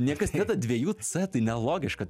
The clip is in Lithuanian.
niekas nededa dviejų c tai nelogiška